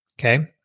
Okay